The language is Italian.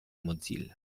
mozilla